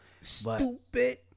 Stupid